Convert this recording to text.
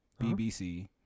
BBC